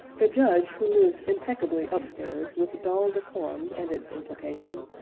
the judge, who lives impeccably upstairs with dull decorum and its implication,